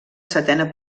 setena